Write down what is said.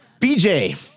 BJ